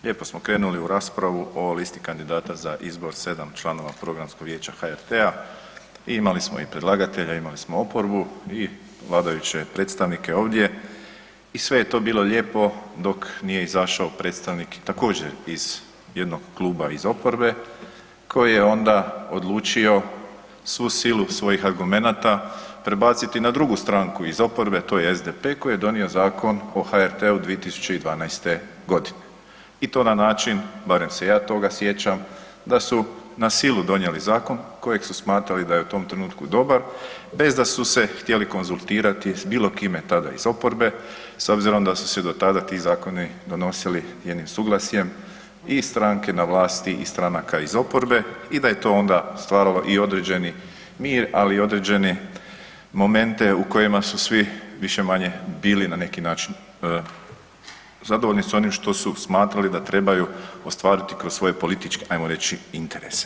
Lijepo smo krenuli u raspravu o listi kandidata za izbor 7 članova programskog vijeća HRT-a, imali smo i predlagatelja, imali smo oporbu i vladajuće predstavnike ovdje i sve je to bilo lijepo dok nije izašao predstavnik također iz jednog kluba iz oporbe, koji je onda odlučio svu silu svojih argumenata prebaciti na drugu stranku iz oporbe, to je SDP koji je donio zakon o HRT-u 2012. g. i to na način barem se ja toga sjećam, da su na silu donijeli zakon kojeg su smatrali da je u tom trenutku dobar bez da su se htjeli konzultirati s bilo kime tada iz oporbe, s obzirom da su se do tada ti zakoni donosili jednim suglasjem, i stranke na vlasti i stranaka iz oporbe i da je to onda stvaralo i određeni mir ali i određene momente u kojima su svi više-manje bili na neki način zadovoljni s onim što su smatrali da trebaju ostvariti kroz svoje političke ajmo reći, interese.